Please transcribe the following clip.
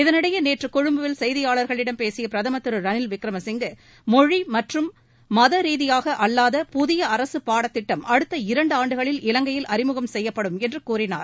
இதனிடையே நேற்று கொழும்பில் செய்தியாளர்களிடம் பேசிய பிரதமர் திரு ரணில் விக்மரசிங்கே மொழி அல்லது மத ரீதியாக அல்லாத புதிய அரசு பாடத்திட்டம் அடுத்த இரண்டு ஆண்டுகளில் இலங்கையில் அறிமுகம் செய்யப்படும் என்று கூறினார்